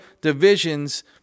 divisions